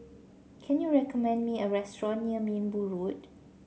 can you recommend me a restaurant near Minbu Road